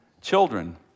children